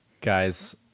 Guys